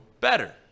better